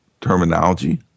terminology